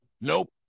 Nope